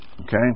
Okay